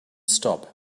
stop